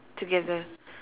together